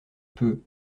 peux